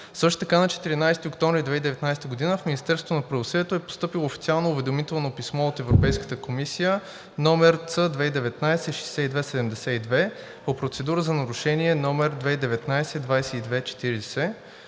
Също така на 14 октомври 2019 г. в Министерството на правосъдието е постъпило официално уведомително писмо от Европейската комисия, № Ц-2019-62-72, по процедура за Нарушение, № 2019-22-40,